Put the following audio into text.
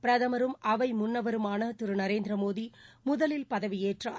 பிரதமரும் அவை முன்னவருமான திரு நரேந்திர மோடி முதலில் பதவியேற்றார்